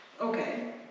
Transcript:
Okay